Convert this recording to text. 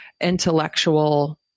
intellectual